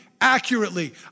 accurately